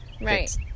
right